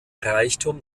reichtum